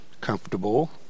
comfortable